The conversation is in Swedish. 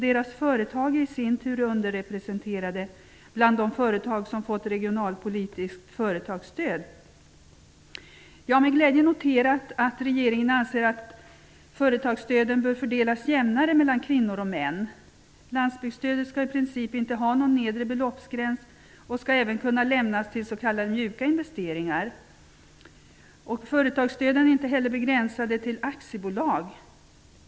Deras företag är i sin tur underrepresenterade bland de företag som har fått regionalpolitiskt företagsstöd. Jag har med glädje noterat att regeringen anser att företagsstöden bör fördelas jämnare mellan kvinnor och män. Landsbygdsstödet skall i princip inte ha någon nedre beloppsgräns och skall även kunna lämnas till s.k. mjuka investeringar. Företagsstöden är inte heller begränsade till aktiebolag.